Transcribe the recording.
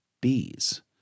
bees